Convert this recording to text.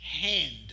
hand